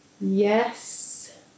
yes